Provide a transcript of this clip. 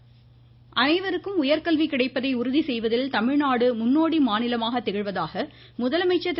முதலமைச்சர் அனைவருக்கும் உயர்கல்வி கிடைப்பதை உறுதி செய்வதில் தமிழ்நாடு முன்னோடி மாநிலமாக திகழ்வதாக முதலமைச்சர் திரு